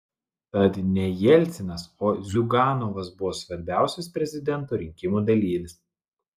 tad ne jelcinas o ziuganovas buvo svarbiausias prezidento rinkimų dalyvis